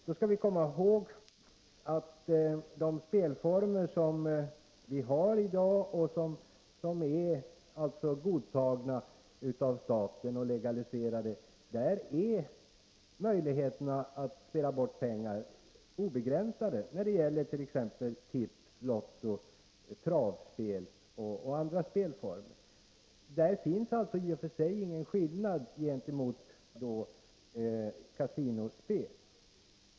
Då skall vi komma ihåg att de spelformer som vi har i dag, som är godtagna av staten och legaliserade, ger obegränsade möjligheter att spela bort pengar. Det gäller tips, lotto, travspel och andra spelformer. Där finns alltså i och för sig ingen skillnad gentemot kasinospel.